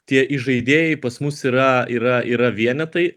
tie įžaidėjai pas mus yra yra yra vienetai